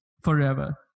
forever